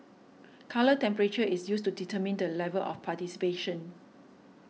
colour temperature is used to determine the level of participation